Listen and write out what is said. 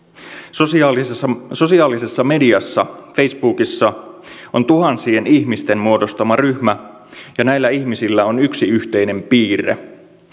sosiaalisessa sosiaalisessa mediassa facebookissa on tuhansien ihmisten muodostama ryhmä ja näillä ihmisillä on yksi yhteinen piirre